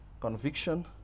Conviction